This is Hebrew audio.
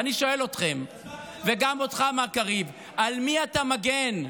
ואני שואל אתכם וגם אותך, מר קריב: על מי אתה מגן,